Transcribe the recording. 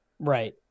Right